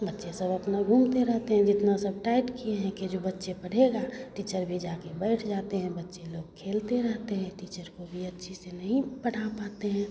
बच्चे सब अपना घूमते रहते हैं जितना सब टाइट किए हैं कि जो बच्चे पढ़ेगा टीचर भी जा कर बैठ जाते हैं बच्चे लोग खेलते रहते हैं टीचर को भी अच्छे से नहीं पढ़ा पाते हैं